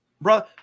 bro